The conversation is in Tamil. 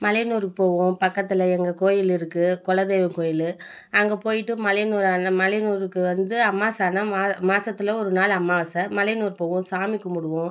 மலையனூருக்கு போவோம் பக்கத்தில் எங்கள் கோயில் இருக்குது குல தெய்வக் கோயில் அங்கே போய்விட்டு மலையனூர் அந்த மலையனூருக்கு வந்து அமாசை ஆனால் மா மாதத்துல ஒரு நாள் அமாவாசை மலையனூர் போவோம் சாமி கும்பிடுவோம்